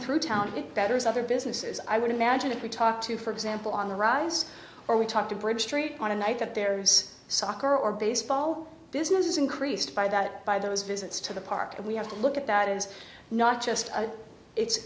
through town it better is other businesses i would imagine that we talk to for example on the rise or we talk to bridge street on a night that there's soccer or baseball business is increased by that by those visits to the park and we have to look at that is not just a it's